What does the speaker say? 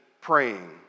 praying